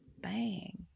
Bang